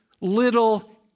Little